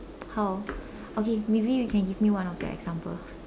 how okay maybe you can give me one of your example